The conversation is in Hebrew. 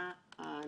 צדק פיננסי,